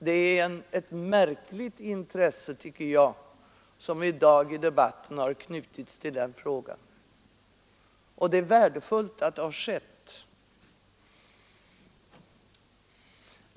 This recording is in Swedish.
Det är, tycker jag, ett märkligt intresse som i debatten i dag har knutits till den frågan. Och det är värdefullt att det har skett.